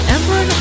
Emperor